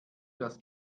das